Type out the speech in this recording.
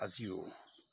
আজিও